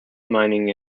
mining